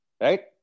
Right